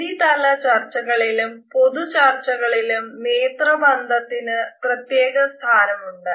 സമിതി തല ചർച്ചകളിലും പൊതുചർച്ചകളിലും നേത്രബന്ധത്തിന് പ്രത്യേക സ്ഥാനമുണ്ട്